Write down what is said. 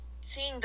seeing